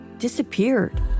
disappeared